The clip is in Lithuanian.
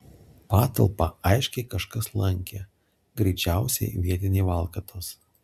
patalpą aiškiai kažkas lankė greičiausiai vietiniai valkatos